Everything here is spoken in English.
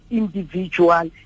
individual